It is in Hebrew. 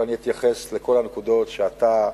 ואני אתייחס לכל הנקודות שאתה,